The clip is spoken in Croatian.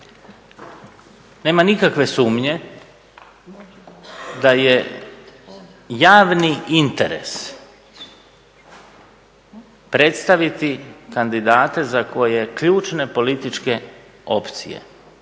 Nema nikakve sumnje da je javni interes predstaviti kandidate za koje ključne političke opcije,